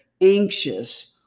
anxious